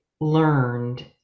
learned